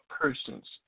persons